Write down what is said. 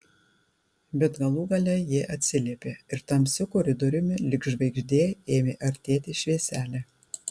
bet galų gale ji atsiliepė ir tamsiu koridoriumi lyg žvaigždė ėmė artėti švieselė